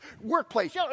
workplace